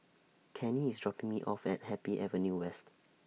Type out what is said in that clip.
Kenny IS dropping Me off At Happy Avenue West